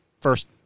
first